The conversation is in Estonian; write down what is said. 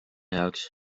heaks